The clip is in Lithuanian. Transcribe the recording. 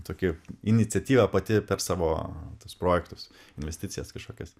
tokį iniciatyvą pati per savo tuos projektus investicijas kažkokias